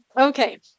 Okay